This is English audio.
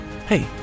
Hey